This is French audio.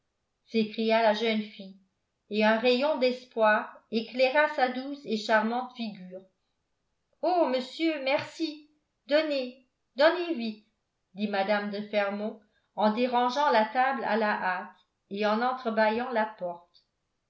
s'écria la jeune fille et un rayon d'espoir éclaira sa douce et charmante figure oh monsieur merci donnez donnez vite dit mme de fermont en dérangeant la table à la hâte et en entrebâillant la porte